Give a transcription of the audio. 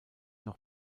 auch